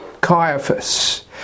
Caiaphas